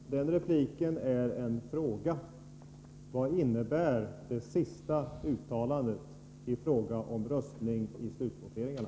Herr talman! Den repliken är en fråga. Vad innebär det sista uttalandet beträffande röstning vid slutvoteringarna?